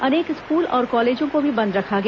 अनेक स्कूल और कॉलेजों को भी बंद रखा गया